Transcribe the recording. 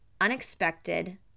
unexpected